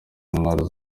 n’intwaro